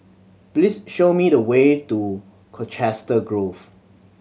please show me the way to Colchester Grove